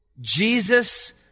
Jesus